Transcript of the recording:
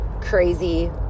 crazy